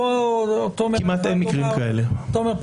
תומר,